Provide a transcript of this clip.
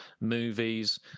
movies